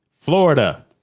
Florida